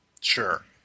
Sure